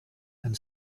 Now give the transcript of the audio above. and